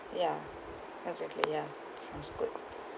ya exactly ya um good